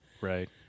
Right